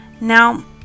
Now